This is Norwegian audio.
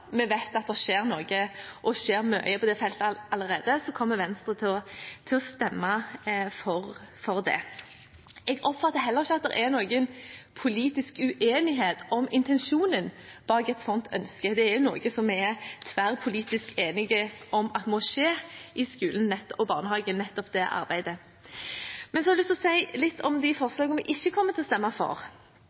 vi vet at det allerede skjer noe – og skjer mye – på det feltet, kommer Venstre til å stemme for det. Jeg oppfatter heller ikke at det er noen politisk uenighet om intensjonen bak et sånt ønske. Nettopp det arbeidet er noe vi tverrpolitisk er enige om at må skje i skole og barnehage. Men så har jeg lyst til å si litt om de forslagene vi ikke kommer til å stemme for.